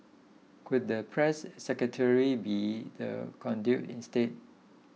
could the press secretary be the conduit instead